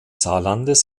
saarlandes